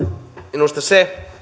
minusta se